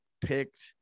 picked